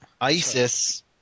Isis